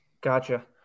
Gotcha